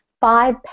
five